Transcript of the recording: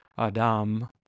Adam